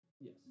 yes